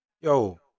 yo